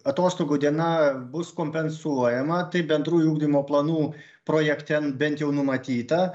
atostogų diena bus kompensuojama tai bendrųjų ugdymo planų projekte bent jau numatyta